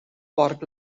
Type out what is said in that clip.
porc